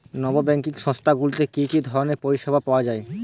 নন banking সংস্থা গুলিতে কি কি ধরনের পরিসেবা পাওয়া য়ায়?